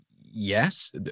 yes